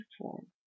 form